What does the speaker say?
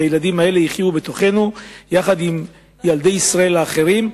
והילדים האלה יחיו בתוכנו יחד עם ילדי ישראל האחרים,